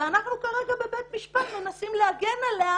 ואנחנו כרגע בבית המשפט מנסים להגן עליה,